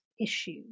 issue